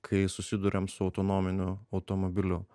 kai susiduriam su autonominiu automobiliu